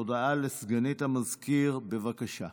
הודעה לסגנית המזכיר, בבקשה.